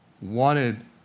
wanted